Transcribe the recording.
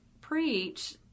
preach